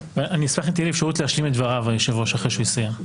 אשמח אם תהיה לי אפשרות להשלים את דבריו אחרי שהוא יסיים.